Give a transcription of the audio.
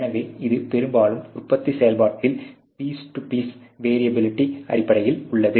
எனவே இது பெரும்பாலும் உற்பத்தி செயல்பாட்டில் பீஸ் டு பீஸ் வேரீயபிலிட்டி அடிப்படையில் உள்ளது